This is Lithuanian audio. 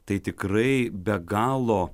tai tikrai be galo